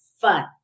fun